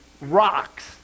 rocks